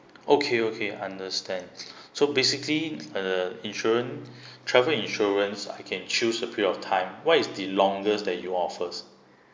okay okay understand so basically uh insurance travel insurance I can choose a period of time what is the longest that you offers